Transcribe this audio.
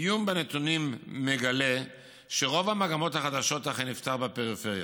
עיון בנתונים מגלה שרוב המגמות החדשות אכן נפתחו בפריפריה: